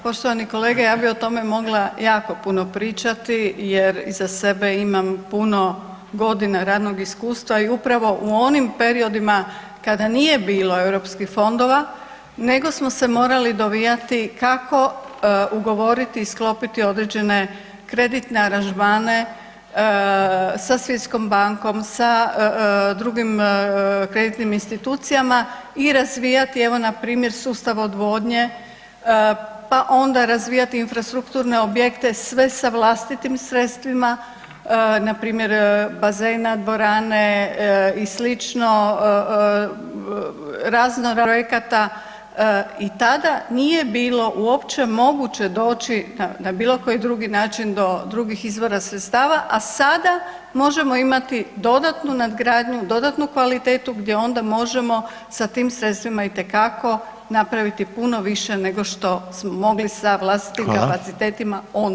Poštovani kolega, ja bi o tome mogla jako puno pričati jer iza sebe imam puno godina radnog iskustva i upravo u onim periodima kada nije bilo europskih fondova nego smo se morali dovijati kako ugovoriti i sklopiti određene kreditne aranžmane sa svjetskom bankom, sa drugim kreditnim institucijama i razvijati evo npr. sustav odvodnje, pa onda razvijati infrastrukturne objekte sve sa vlastitim sredstvima, npr. … [[Govornik se ne razumije]] na dvorane i slično, razno raznih projekata i tada nije bilo uopće moguće doći na bilo koji drugi način do drugih izvora sredstava, a sada možemo imati dodatnu nadgradnju, dodatnu kvalitetu gdje onda možemo sa tim sredstvima itekako napraviti puno više nego što smo mogli sa vlastitim kapacitetima onda.